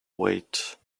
weight